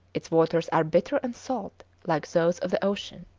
its waters are bitter and salt, like those of the ocean.